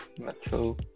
Metro